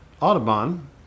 Audubon